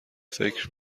فکر